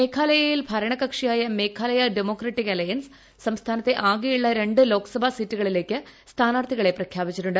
മേഘാലയയിൽ ഭരണകക്ഷിയായ Meghalaya democratic alliance സംസ്ഥാനത്തെ ആകെയുള്ള രണ്ട് ലോക്സഭാ സീറ്റുകളില്ലേക്ക് സ്ഥാനാർത്ഥികളെ പ്രഖ്യാപിച്ചിട്ടുണ്ട്